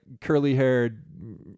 curly-haired